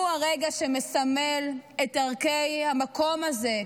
הוא הרגע שמסמל את ערכי המקום הזה,